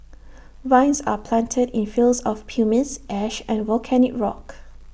vines are planted in fields of pumice ash and volcanic rock